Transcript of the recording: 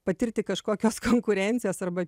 patirti kažkokios konkurencijos arba